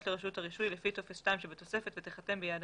לרשות הרישוי לפי טופס 2 שבתוספת ותיחתם ביד המבקש.